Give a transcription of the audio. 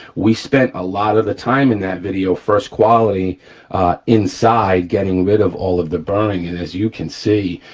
we spent a lot of the time in that video, first quality inside getting rid of all of the burring. and as you can see,